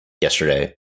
yesterday